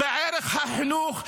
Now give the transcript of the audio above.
בערך החינוך,